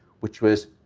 which was